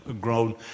grown